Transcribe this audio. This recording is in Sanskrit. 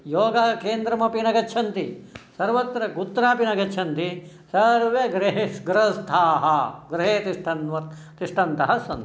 योगः केन्द्रमपि न गच्छन्ति सर्वत्र कुत्रापि न गच्छन्ति सर्वे ग्रहेषु ग्रहस्थाः गृहे तिष्ठन् तिष्ठन्तः सन्ति